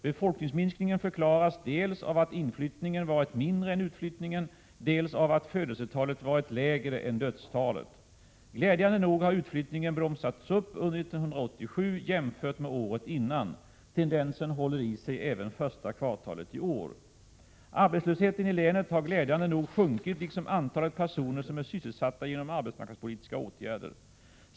Befolkningsminskningen förklaras dels av att inflyttningen varit mindre än utflyttningen, dels av att födelsetalet varit lägre än dödstalet. Glädjande nog har utflyttningen bromsats upp under 1987 jämfört med året innan. Tendensen håller i sig även första kvartalet i år. Arbetslösheten i länet har glädjande nog sjunkit liksom antalet personer som är sysselsatta genom arbetsmarknadspolitiska åtgärder.